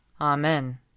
Amen